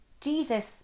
Jesus